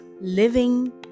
living